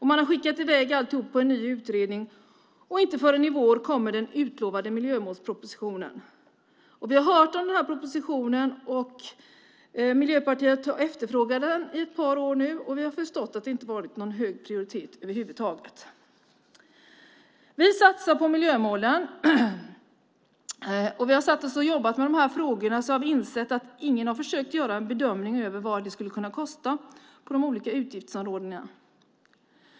Man har skickat iväg allting till en ny utredning, och inte förrän i vår kommer den utlovade miljömålspropositionen. Vi har hört om den propositionen. Miljöpartiet har nu efterfrågat den i ett par år. Vi har förstått att det inte har varit någon hög prioritet över huvud taget. Vi satsar på miljömålen. När vi har satt oss att jobba med dessa frågor har vi insett att ingen har försökt göra en bedömning av vad det skulle kunna kosta på de olika utgiftsområdena.